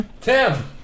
Tim